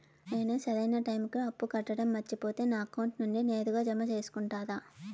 నేను సరైన టైముకి అప్పు కట్టడం మర్చిపోతే నా అకౌంట్ నుండి నేరుగా జామ సేసుకుంటారా?